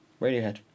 Radiohead